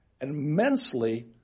immensely